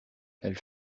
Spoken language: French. elle